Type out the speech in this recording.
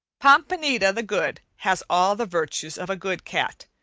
pompanita the good has all the virtues of a good cat,